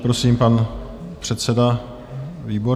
Prosím, pan předseda Výborný.